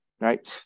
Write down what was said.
Right